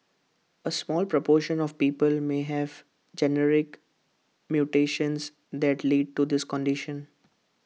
A small proportion of people may have genetic mutations that lead to this condition